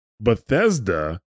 Bethesda